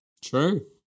True